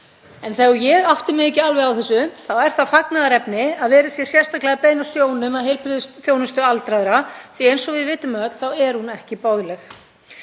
En þó að ég átti mig ekki alveg á þessu þá er það fagnaðarefni að verið sé að beina sjónum sérstaklega að heilbrigðisþjónustu aldraðra því að eins og við vitum öll þá er hún ekki boðleg.